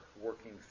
working